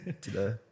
today